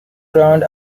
crowned